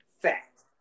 Fact